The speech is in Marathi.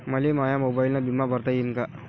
मले माया मोबाईलनं बिमा भरता येईन का?